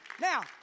Now